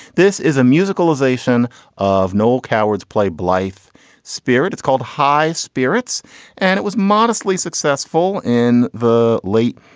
this is a musical isation of noel coward's play blithe spirit. it's called high spirits and it was modestly successful in the late,